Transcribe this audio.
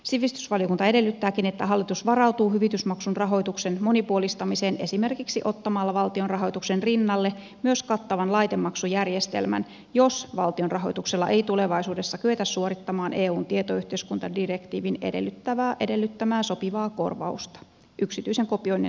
sivistysvaliokunta edellyttääkin että hallitus varautuu hyvitysmaksun rahoituksen monipuolistamiseen esimerkiksi ottamalla valtion rahoituksen rinnalle myös kattavan laitemaksujärjestelmän jos valtion rahoituksella ei tulevaisuudessa kyetä suorittamaan eun tietoyhteiskuntadirektiivin edellyttämää sopivaa korvausta yksityisen kopioinnin sallimisesta